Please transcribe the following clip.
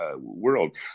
world